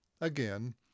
Again